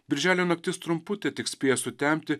birželio naktis trumputė tik spėja sutemti